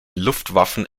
luftwaffen